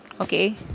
Okay